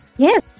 Yes